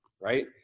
right